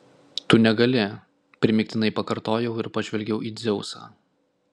tu negali primygtinai pakartojau ir pažvelgiau į dzeusą